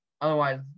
otherwise